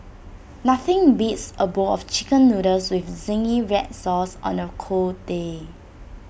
nothing beats A bowl of Chicken Noodles with Zingy Red Sauce on A cold day